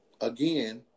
again